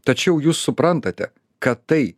tačiau jūs suprantate kad tai